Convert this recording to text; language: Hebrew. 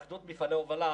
התאחדות מפעלי הובלה,